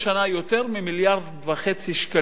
יותר ממיליארד וחצי שקלים,